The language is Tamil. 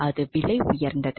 அது விலை உயர்ந்தது